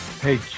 Hey